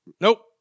Nope